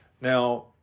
Now